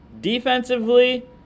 defensively